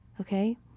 okay